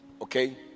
Okay